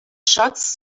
shots